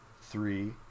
three